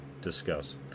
discuss